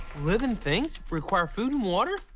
living things require food and water?